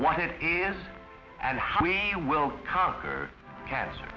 what it is and how we will conquer cancer